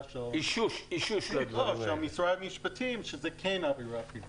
של משרד המשפטים שזאת כן עבירה פלילית.